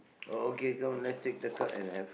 oh okay come let's take the card and have